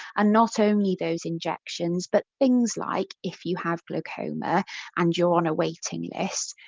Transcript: and not only those injections but things like if you have glaucoma and you're on a waiting list,